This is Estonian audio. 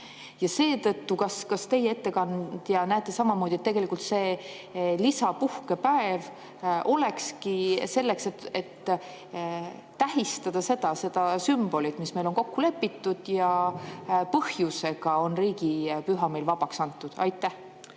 püha on antud. Kas teie, ettekandja, näete samamoodi, et tegelikult lisapuhkepäev olekski selleks, et tähistada seda sümbolit, mis meil on kokku lepitud ja milleks on riigipüha meil vabaks antud? Aitäh!